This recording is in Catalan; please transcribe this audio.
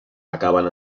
acaben